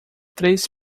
três